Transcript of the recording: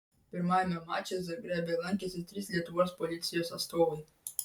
pirmajame mače zagrebe lankėsi trys lietuvos policijos atstovai